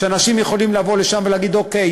שאנשים יכולים לבוא לשם ולהגיד: אוקיי,